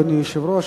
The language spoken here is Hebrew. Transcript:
אדוני היושב-ראש,